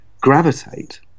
gravitate